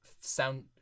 sound